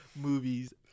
movies